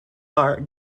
are